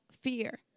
fear